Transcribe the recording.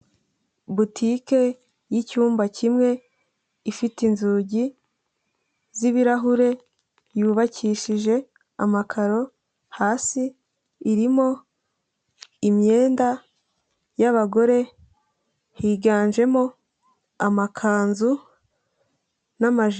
Butike y'icyumba kimwe ifite inzugi z'ibirahure yubakishije amakaro, hasi irimo imyenda y'abagore higanjemo amakanzu n'amajipo.